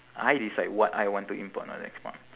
I decide what I want to import or export